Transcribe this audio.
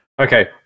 Okay